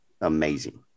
amazing